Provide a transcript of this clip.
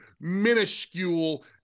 minuscule